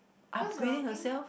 cause you are working